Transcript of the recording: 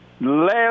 last